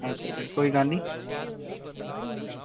अच्छा अच्छा कोई गल्ल निं